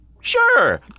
sure